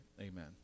amen